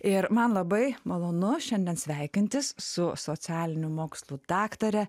ir man labai malonu šiandien sveikintis su socialinių mokslų daktare